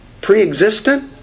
pre-existent